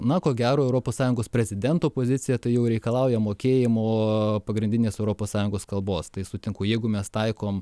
na ko gero europos sąjungos prezidento pozicija tai jau reikalauja mokėjimo pagrindinės europos sąjungos kalbos tai sutinku jeigu mes taikom